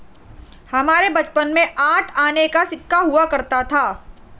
हमारे बचपन में आठ आने का सिक्का हुआ करता था